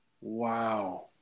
Wow